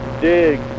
Dig